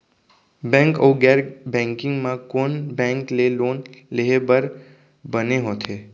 Bank अऊ गैर banking म कोन बैंक ले लोन लेहे बर बने होथे?